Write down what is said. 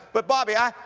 but bobby,